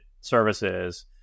services